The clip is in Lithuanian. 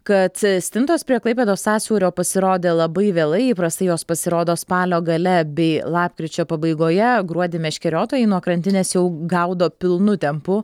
kad stintos prie klaipėdos sąsiaurio pasirodė labai vėlai įprastai jos pasirodo spalio gale bei lapkričio pabaigoje gruodį meškeriotojai nuo krantinės jau gaudo pilnu tempu